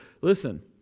listen